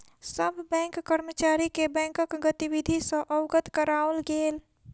सभ बैंक कर्मचारी के बैंकक गतिविधि सॅ अवगत कराओल गेल